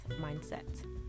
mindset